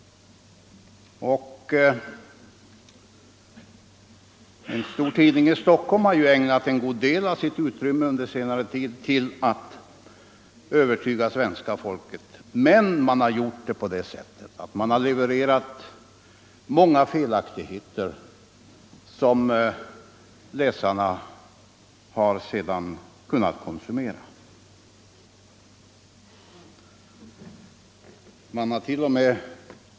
En stor tidning i Stockholm har ägnat en god del av sitt utrymme under senare tid åt att övertyga svenska folket att vi måste dela med oss av vårt överflöd, men man har gjort det genom att leverera många Nr 142 felaktigheter som läsarna sedan har kunnat konsumera. Man har t.o.m.